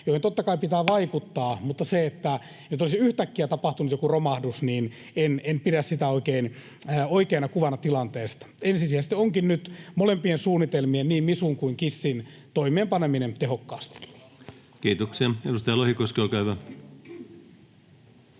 joiden totta kai pitää vaikuttaa, mutta sitä, että nyt olisi yhtäkkiä tapahtunut joku romahdus, en pidä oikeana kuvana tilanteesta. Ensisijaista onkin nyt molempien suunnitelmien, niin MISUn kuin KISSin, toimeenpaneminen tehokkaasti. [Speech 14] Speaker: Ensimmäinen